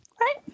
right